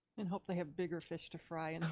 and hope they have bigger fish to fry.